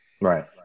Right